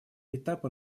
этапа